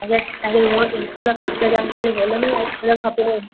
तव्हांखे तव्हांखे room pink colour खपे तव्हांखे खाली हॉल में वाइट कलर खपे